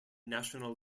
national